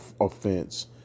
offense